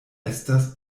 estas